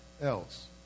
else